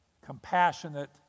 compassionate